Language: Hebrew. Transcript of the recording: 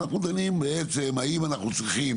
אנחנו דנים בעצם על האם אנחנו צריכים